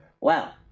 Wow